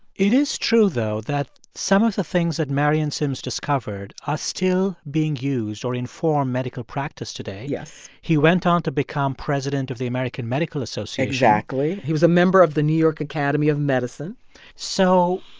it is true though that some of the things that marion sims discovered are still being used or inform medical practice today yes he went on to become president of the american medical association exactly, he was a member of the new york academy of medicine so